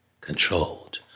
controlled